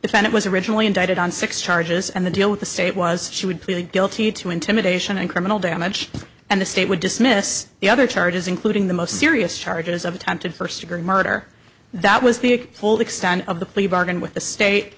it was originally indicted on six charges and the deal with the state was she would plead guilty to intimidation and criminal damage and the state would dismiss the other charges including the most serious charges of attempted first degree murder that was the full extent of the plea bargain with the state